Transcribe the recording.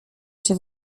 się